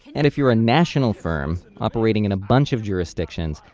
and if you're a national firm operating and a bunch of jurisdictions,